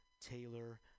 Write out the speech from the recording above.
Taylor